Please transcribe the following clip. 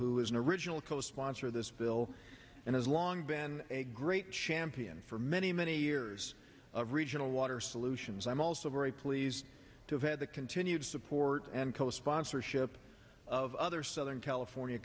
who is an original co sponsor of this bill and has long been a great champion for many many years of regional water solutions i'm also very pleased to have had the continued support and co sponsorship of other southern california